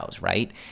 Right